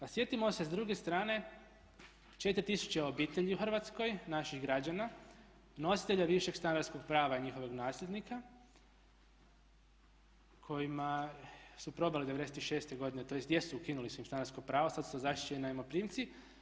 A sjetimo se s druge strane 4000 obitelji u Hrvatskoj naših građana nositelja višeg stanarskog prava njihovog nasljednika kojima su prodali '96. godine, tj. jesu ukinuli su im stanarsko pravo, sad su to zaštićeni najmoprimci.